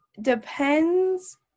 depends